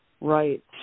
Right